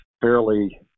fairly